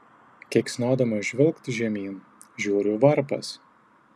keiksnodamas žvilgt žemyn žiūriu varpas